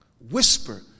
Whisper